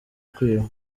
kwiba